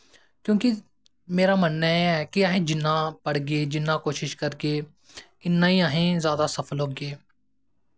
क्योंकि मेरा मनन्ना एह् ऐ कि अस जिन्ना पढ़गे जिन्ना कोशश करगे इन्ना गै अस जैदात सफल होगे